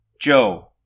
Joe